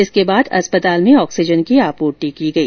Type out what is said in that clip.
इसके बाद अस्पताल में ऑक्सीजन की आपूर्ति की गई